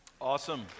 Awesome